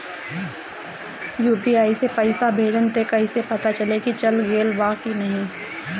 UPI से पइसा भेजम त कइसे पता चलि की चल गेल बा की न?